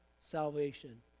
salvation